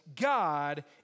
God